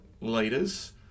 leaders